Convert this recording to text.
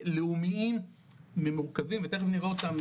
לאומיים ממורכבים ותיכף נראה אותם,